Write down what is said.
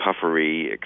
puffery